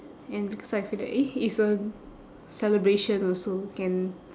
and because I feel that eh it's a celebration also can